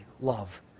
Love